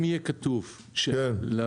אם יהיה כתוב שלמיזוג